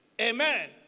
Amen